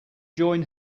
join